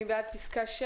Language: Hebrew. מי בעד תקנה 5?